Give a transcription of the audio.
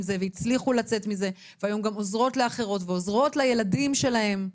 זה והצליחו לצאת מזה והיום הן גם עוזרות לאחרות ועוזרות לילדים שלהן.